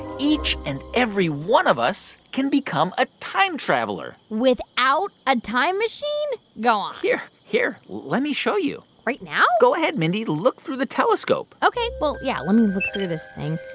each and every one of us can become a time traveler without a time machine? go on here. here. let me show you right now? go ahead, mindy. look through the telescope ok. well, yeah. let me look through this thing.